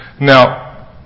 Now